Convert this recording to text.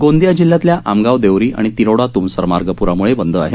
गोंदिया जिल्ह्यातील आमगाव देवरी आणि तिरोडा तुमसर मार्ग प्रामुळे बंद आहे